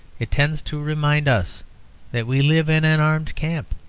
it tends to remind us that we live in an armed camp,